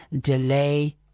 delay